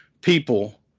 people